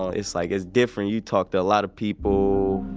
ah it's like, it's different. you talk to a lot of people,